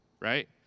right